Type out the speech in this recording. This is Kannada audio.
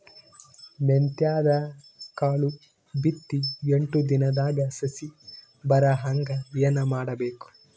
ಮೆಂತ್ಯದ ಕಾಳು ಬಿತ್ತಿ ಎಂಟು ದಿನದಾಗ ಸಸಿ ಬರಹಂಗ ಏನ ಮಾಡಬೇಕು?